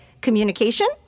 communication